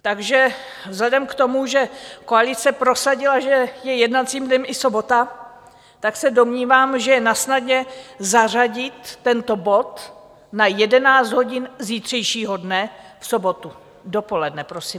Takže vzhledem k tomu, že koalice prosadila, že je jednacím dnem i sobota, tak se domnívám, že je nasnadě zařadit tento bod na 11 hodin zítřejšího dne, v sobotu, dopoledne prosím.